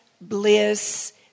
bliss